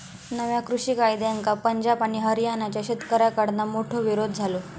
नव्या कृषि कायद्यांका पंजाब आणि हरयाणाच्या शेतकऱ्याकडना मोठो विरोध झालो